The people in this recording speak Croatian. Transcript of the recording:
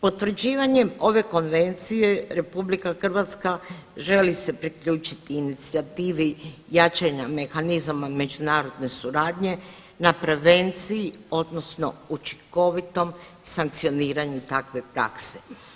Potvrđivanjem ove Konvencije Republika Hrvatska želi se priključiti inicijativi jačanja mehanizama međunarodne suradnje, na prevenciji odnosno učinkovitom sankcioniranju takve prakse.